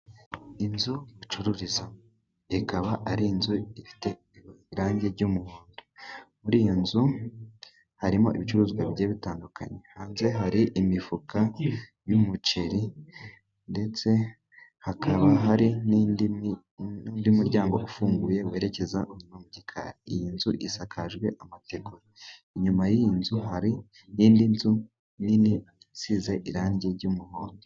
Inzu bacururizamo, ikaba ari inzu ifite irangi ry'umuhondo, muri iyo nzu harimo ibicuruzwa bigiye bitandukanye, hanze hari imifuka y'umuceri, ndetse hakaba hari n'undi muryango ufunguye werekeza inyuma mu gikari. Iyi nzu isakajwe amategura, inyuma y'iyi nzu hari n'indi nzu nini isize irangi ry'umuhondo.